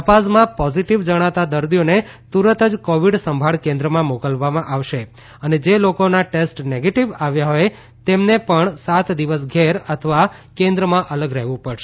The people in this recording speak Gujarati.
તપાસમાં પોઝીટીવ જણાતા દર્દીઓને તુરત જ કોવીડ સંભાળ કેન્દ્રમાં મોકલવામાં આવશે અને જે લોકોના ટેસ્ટ નેગેટીવ આવ્યા હોય તેમને પણ સાત દિવસ ઘેર અથવા કેન્દ્રમાં અલગ રહેવુ પડશે